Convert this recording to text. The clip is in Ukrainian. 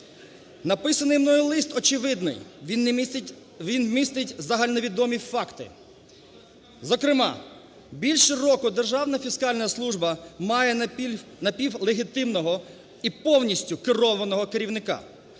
Написаний мною лист очевидний, він містить загальновідомі факти. Зокрема, більше року Державна фіскальна служба має напівлегітимного і повністю керованого керівника,